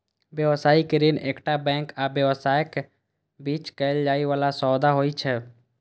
व्यावसायिक ऋण एकटा बैंक आ व्यवसायक बीच कैल जाइ बला सौदा होइ छै